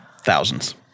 Thousands